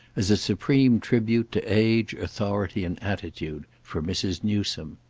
as a supreme tribute to age, authority and attitude, for mrs. newsome.